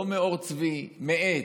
לא מעור צבי, מעץ.